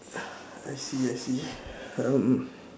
I see I see um